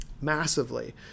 massively